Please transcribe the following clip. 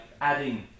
adding